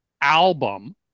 album